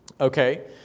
Okay